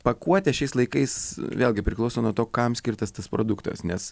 pakuotė šiais laikais vėlgi priklauso nuo to kam skirtas tas produktas nes